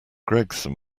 gregson